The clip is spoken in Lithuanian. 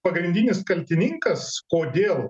pagrindinis kaltininkas kodėl